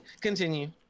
Continue